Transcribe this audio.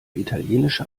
italienische